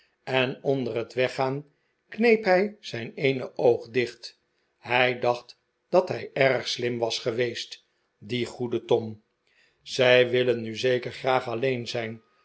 en onder het weggaan kneep hij zijn eene oog dicht hij dacht dat hij erg slim was geweest die goede tom zij willen nu zeker graag alleen zijn